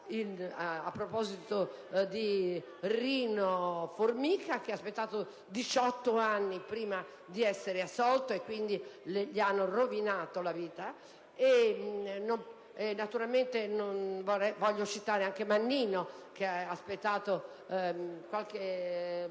a proposito di Rino Formica, che ha aspettato 18 anni prima di essere assolto: quindi, gli hanno rovinato la vita. Naturalmente, voglio citare anche Calogero Mannino, che ha aspettato anche